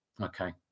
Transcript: Okay